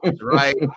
right